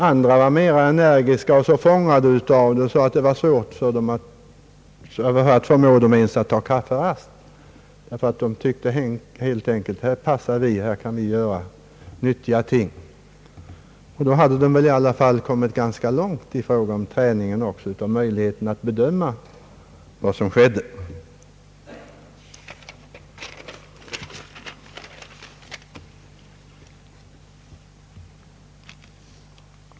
Andra var mera energiska och så fångade av arbetet att det var svårt att förmå dem att ta kafferast, helt enkelt därför att de tyckte att de passade för arbetet och kunde utföra en del nyttiga ting. Dessa utvecklingsstörda hade kommit ganska långt i fråga om träningen också av möjligheterna att bedöma vad sonmr skedde.